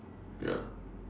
ya